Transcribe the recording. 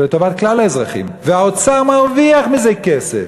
זה לטובת כלל האזרחים, והאוצר מרוויח מזה כסף,